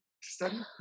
study